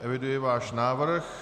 Eviduji váš návrh.